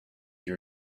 your